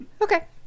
Okay